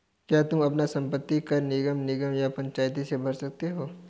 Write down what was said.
तुम अपना संपत्ति कर नगर निगम या पंचायत में भर सकते हो